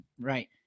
Right